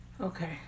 Okay